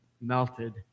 melted